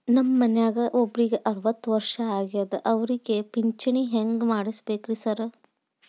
ನಮ್ ಮನ್ಯಾಗ ಒಬ್ರಿಗೆ ಅರವತ್ತ ವರ್ಷ ಆಗ್ಯಾದ ಅವ್ರಿಗೆ ಪಿಂಚಿಣಿ ಹೆಂಗ್ ಮಾಡ್ಸಬೇಕ್ರಿ ಸಾರ್?